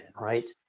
right